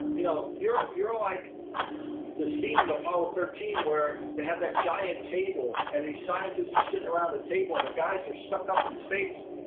you know you're you're like that scene in apollo thirteen where they have that giant table, and these scientists are sitting around the table and the guys are stuck up in space,